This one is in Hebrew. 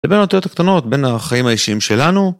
לבין אותיות הקטנות, בין החיים האישיים שלנו.